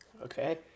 Okay